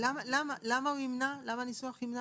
למה הניסוח ימנע?